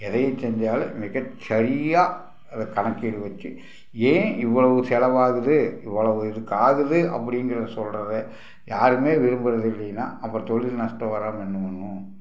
எதை செஞ்சாலும் மிகச்சரியாக அதை கணக்கில் வச்சு ஏன் இவ்வளோவு செலவாகுது இவ்வளோவு இதுக்கு ஆகுது அப்படிங்கிற சொல்கிறத யாருமே விரும்புறதில்லைன்னா அப்புறம் தொழில் நஷ்டம் வராமல் என்ன பண்ணும்